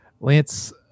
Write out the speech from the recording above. Lance